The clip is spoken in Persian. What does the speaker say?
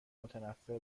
متنفر